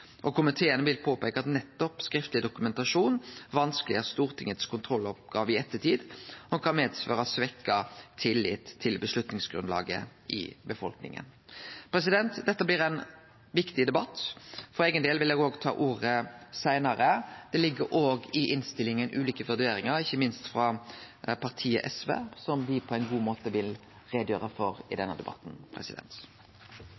militærmakt. Komiteen vil påpeike at mangel på nettopp skriftleg dokumentasjon vanskeleggjer Stortingets kontrolloppgåve i ettertid, og kan medføre svekt tillit til avgjerdsgrunnlaget i befolkninga. Dette blir ein viktig debatt. For eigen del vil eg òg ta ordet seinare. I innstillinga ligg det ulike vurderingar, ikkje minst frå partiet SV, som dei på ein god måte vil gjere greie for i